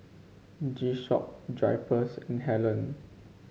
G Shock Drypers and Helen